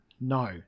No